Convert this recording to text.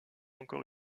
encore